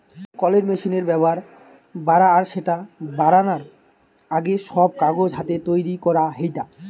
প্রচুর কলের মেশিনের ব্যাভার বাড়া আর স্যাটা বারানার আগে, সব কাগজ হাতে তৈরি করা হেইতা